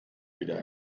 wieder